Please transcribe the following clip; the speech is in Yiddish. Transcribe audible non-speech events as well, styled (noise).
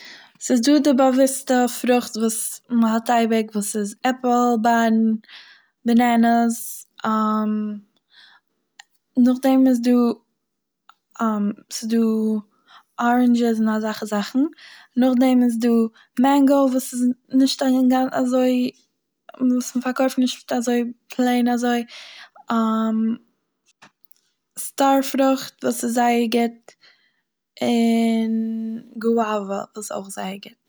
ס'איז דא די באוויסטע פרוכט וואס מ'האט אייביג, וואס איז עפל, בארן, בענענעס, (hesitation) נאכדעם איז דא (hesitation) ס'איז דא אראנדשעס און אזאכע זאכן, נאכדעם איז דא מענגא וואס איז נישט (unintelligible) וואס מ'פארקויפט נישט אזוי פלעין אזוי, (hesitation) סטאר פרוכט דאס איז זייער גוט, און גוואווא דאס איז אויך זייער גוט.